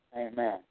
Amen